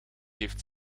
heeft